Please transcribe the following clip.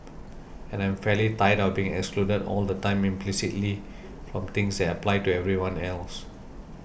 and I'm fairly tired of being excluded all the time implicitly from things that apply to everyone else